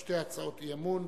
שתי הצעות אי-אמון,